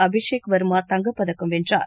அபிஷேக் வா்மா தங்கப்பதக்கம் வென்றார்